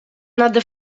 nade